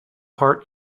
part